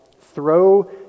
throw